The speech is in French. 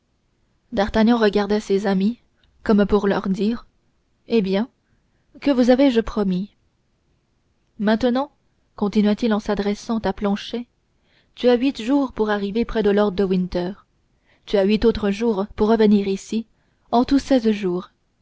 d'artagnan regarda ses amis comme pour leur dire eh bien que vous avais-je promis maintenant continua-t-il en s'adressant à planchet tu as huit jours pour arriver près de lord de winter tu as huit autres jours pour revenir ici en tout seize jours